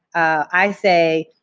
i say,